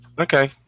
Okay